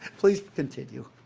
please continue.